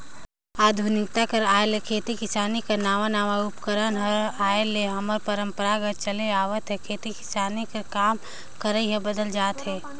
आधुनिकता कर आए ले खेती किसानी कर नावा नावा उपकरन कर आए ले हमर परपरागत चले आवत खेती किसानी कर काम करई हर बदलत जात अहे